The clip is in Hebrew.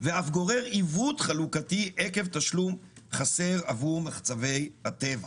ואף גורר עיוות חלוקתי עקב תשלום חסר עבור מחצבי הטבע.